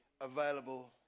available